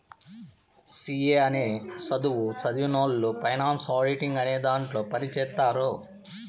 C A అనే సధువు సదివినవొళ్ళు ఫైనాన్స్ ఆడిటింగ్ అనే దాంట్లో పని చేత్తారు